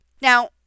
Now